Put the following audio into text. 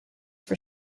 for